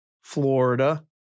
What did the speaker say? Florida